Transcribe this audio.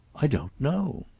i don't know.